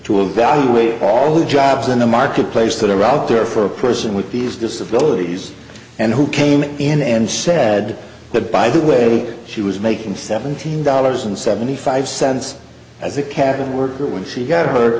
to evaluate all the jobs in the marketplace that are out there for a person with these disability and who came in and said that by the way she was making seventeen dollars and seventy five cents as a cabin worker when she got her